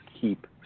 keep